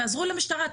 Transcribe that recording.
תעזרו למשטרה,